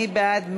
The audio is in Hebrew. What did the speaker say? מי בעד?